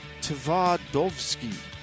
Tvardovsky